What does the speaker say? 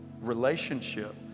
relationship